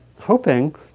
hoping